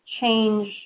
change